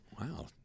Wow